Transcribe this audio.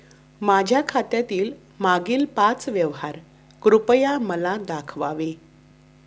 माझ्या खात्यातील मागील पाच व्यवहार कृपया मला दाखवावे